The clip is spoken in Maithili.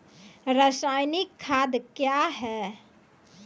रसायनिक खाद कया हैं?